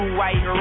white